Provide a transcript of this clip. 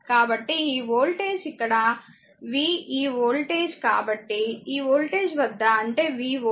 కాబట్టి ఈ వోల్టేజ్ ఇక్కడ v ఈ వోల్టేజ్ కాబట్టి ఈ వోల్టేజ్ వద్ద అంటే v వోల్ట్